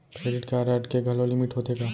Credit card के घलव limit होथे का?